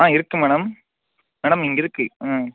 ஆ இருக்குது madam madam இங்கே இருக்கு ம்